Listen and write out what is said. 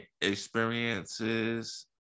experiences